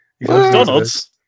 McDonald's